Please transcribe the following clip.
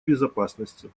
безопасности